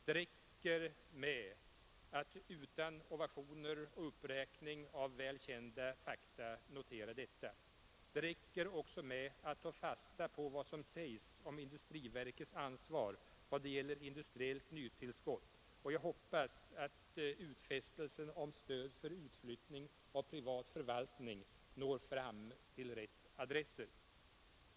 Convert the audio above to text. Det räcker med att utan ovationer och uppräkning av väl kända fakta notera detta. Det räcker också med att ta fasta på vad som sägs om industriverkets ansvar i vad gäller industriella nytillskott, och jag hoppas att utfästelsen om stöd för utflyttning av privat förvaltning når fram till rätt adress.